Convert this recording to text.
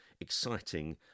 exciting